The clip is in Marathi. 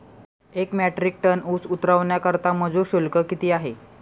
एक मेट्रिक टन ऊस उतरवण्याकरता मजूर शुल्क किती आहे?